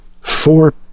four